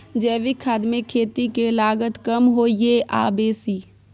जैविक खाद मे खेती के लागत कम होय ये आ बेसी?